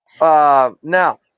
now